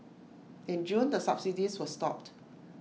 in June the subsidies were stopped